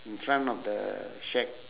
in front of the shack